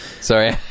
Sorry